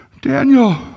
Daniel